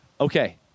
Okay